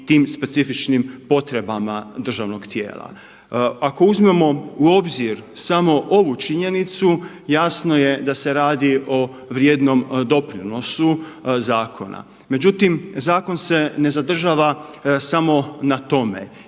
i tim specifičnim potrebama državnoga tijela. Ako uzmemo u obzir samo ovu činjenicu jasno je da se radi o vrijednom doprinosu zakona. Međutim, zakon se ne zadržava samo na tome,